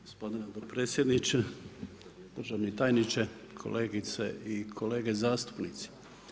Gospodine dopredsjedniče, državni tajniče, kolegice i kolege zastupnici.